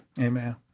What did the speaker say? Amen